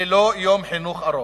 ללא יום חינוך ארוך.